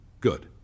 Good